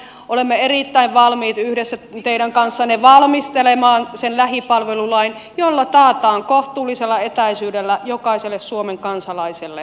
olemme erittäin valmiit yhdessä teidän kanssanne valmistelemaan sen lähipalvelulain jolla taataan kohtuullisella etäisyydellä jokaiselle suomen kansalaiselle